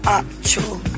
actual